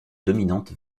dominante